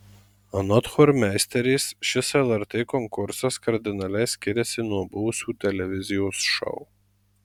anot chormeisterės šis lrt konkursas kardinaliai skiriasi nuo buvusių televizijos šou